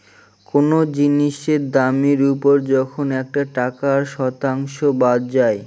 কোনো জিনিসের দামের ওপর যখন একটা টাকার শতাংশ বাদ যায়